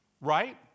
Right